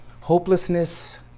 Hopelessness